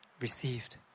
received